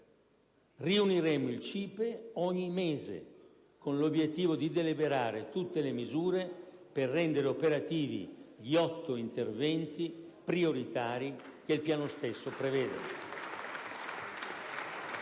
riuniremo il CIPE ogni mese, con l'obiettivo di deliberare tutte le misure per rendere operativi gli otto interventi prioritari che il Piano stesso prevede.